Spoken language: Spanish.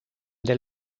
del